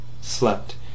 slept